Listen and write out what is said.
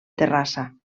terrassa